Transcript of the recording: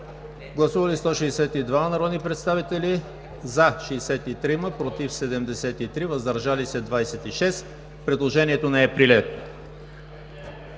Гласували 138 народни представители: за 34, против 78, въздържали се 26. Предложението не е прието.